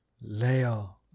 Leo